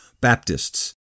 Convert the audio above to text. Baptists